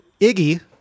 Iggy